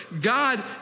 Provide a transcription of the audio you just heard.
God